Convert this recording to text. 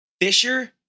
Fisher